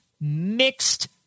mixed